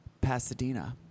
Pasadena